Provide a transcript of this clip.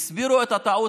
הסבירו את הטעות,